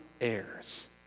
heirs